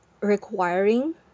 requiring